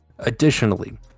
Additionally